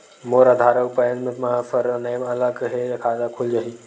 मोर आधार आऊ पैन मा सरनेम अलग हे खाता खुल जहीं?